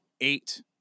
eight